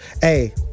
hey